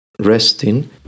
Resting